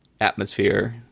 atmosphere